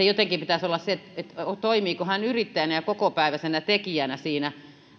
jotenkin pitäisi olla se että toimiiko hän yrittäjänä ja kokopäiväisenä tekijänä siinä